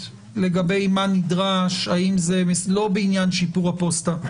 לגבי מה נדרש לא בעניין שיפור הפוסטה.